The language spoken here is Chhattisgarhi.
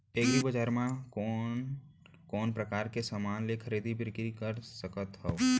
एग्रीबजार मा मैं कोन कोन परकार के समान के खरीदी बिक्री कर सकत हव?